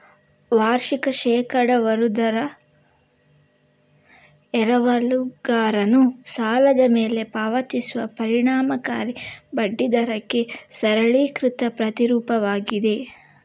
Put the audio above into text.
ವಾರ್ಷಿಕ ಶೇಕಡಾವಾರು ದರ ಎರವಲುಗಾರನು ಸಾಲದ ಮೇಲೆ ಪಾವತಿಸುವ ಪರಿಣಾಮಕಾರಿ ಬಡ್ಡಿ ದರಕ್ಕೆ ಸರಳೀಕೃತ ಪ್ರತಿರೂಪವಾಗಿದೆ